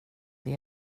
det